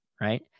right